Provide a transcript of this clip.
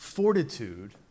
Fortitude